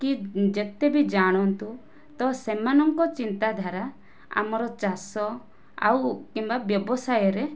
କି ଯେତେ ବି ଜାଣନ୍ତୁ ତ ସେମାନଙ୍କ ଚିନ୍ତାଧାରା ଆମର ଚାଷ ଆଉ କିମ୍ବା ବ୍ୟବସାୟରେ